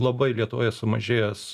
labai lietuvoje sumažėjęs